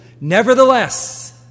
Nevertheless